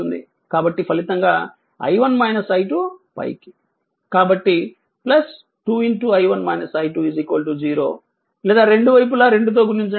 కాబట్టి ఫలితంగా పైకి కాబట్టి 2 0 లేదా రెండు వైపులా రెండు తో గుణించండి